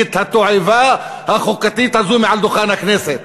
את התועבה החוקתית הזאת מעל דוכן הכנסת.